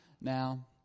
now